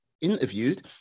interviewed